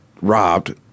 robbed